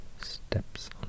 steps